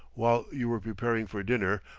while you were preparing for dinner,